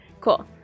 Cool